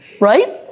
Right